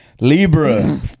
Libra